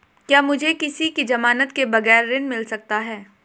क्या मुझे किसी की ज़मानत के बगैर ऋण मिल सकता है?